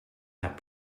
that